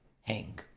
hang